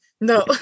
No